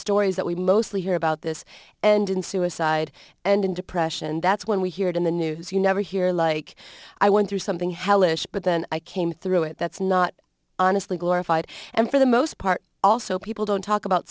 stories that we mostly hear about this and in suicide and depression that's when we hear it in the news you never hear like i went through something hellish but then i came through it that's not honestly glorified and for the most part also people don't talk about